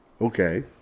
Okay